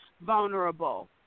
vulnerable